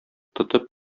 тотып